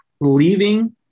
leaving